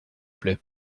plait